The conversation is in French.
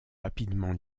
rapidement